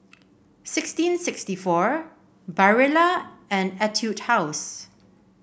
sixteen sixty four Barilla and Etude House